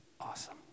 awesome